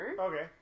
Okay